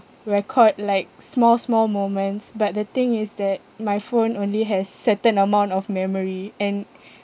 record like small small moments but the thing is that my phone only has certain amount of memory and